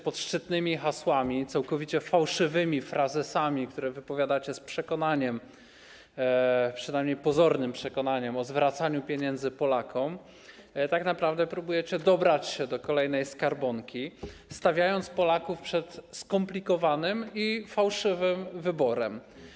Pod szczytnymi hasłami i całkowicie fałszywymi frazesami, które wypowiadacie z przekonaniem, przynajmniej pozornym, o zwracaniu pieniędzy Polakom, tak naprawdę próbujecie dobrać się do kolejnej skarbonki, stawiając Polaków przed skomplikowanym i fałszywym wyborem.